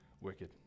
wicked